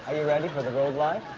you ready for the road life?